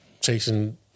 chasing